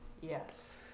Yes